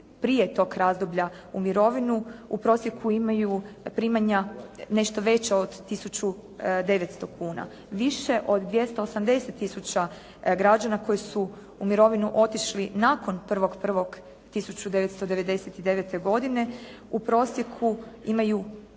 prije tog razdoblja u mirovinu, u prosjeku imaju primanja nešto veća od 1.900,00 kuna. Više od 280 tisuća građana koji su u mirovinu otišli nakon 1.1.1999. godine, u prosjeku imaju isti